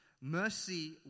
Mercy